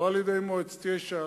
לא על-ידי מועצת יש"ע,